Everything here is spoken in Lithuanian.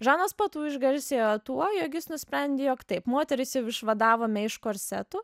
žanas patu išgarsėjo tuo jog jis nusprendė jog taip moteris jau išvadavome iš korsetų